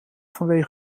vanwege